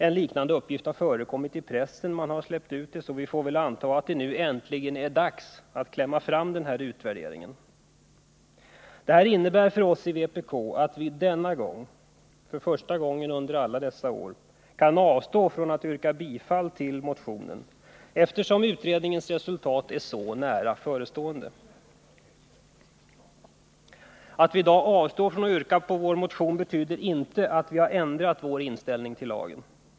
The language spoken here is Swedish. En liknande uppgift har släppts ut i pressen, varför vi får anta att det äntligen är dags att ”klämma fram” denna utvärdering. Eftersom utredningens resultat är så nära förestående kan vpk för första gången under alla dessa år avstå från att yrka bifall till sin egen motion. Att vi avstår från det betyder emellertid inte att vi har ändrat inställning till lagen.